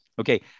Okay